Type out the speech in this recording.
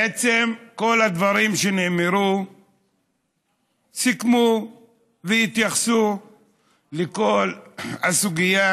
בעצם כל הדברים שנאמרו סיכמו והתייחסו לכל הסוגיה